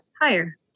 higher